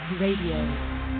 Radio